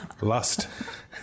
Lust